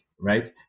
right